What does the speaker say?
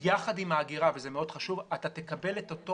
יחד עם האגירה - וזה מאוד חשוב אתה תקבל את אותו